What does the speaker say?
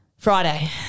Friday